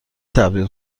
تبدیل